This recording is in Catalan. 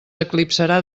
eclipsarà